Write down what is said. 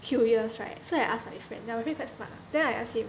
curious right so I ask my friend ya there were few quite smart ah then I ask him